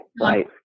right